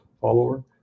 follower